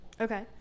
Okay